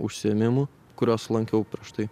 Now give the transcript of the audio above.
užsiėmimų kuriuos lankiau prieš tai